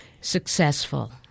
successful